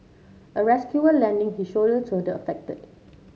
a rescuer lending his shoulder to the affected